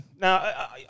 Now